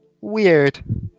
Weird